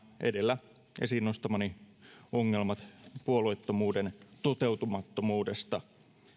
edellä esiin nostamani ongelmat puolueettomuuden toteutumattomuudesta